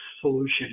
solution